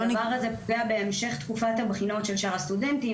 הדבר הזה פוגע בהמשך תקופת הבחינות של שאר הסטודנטים.